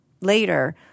later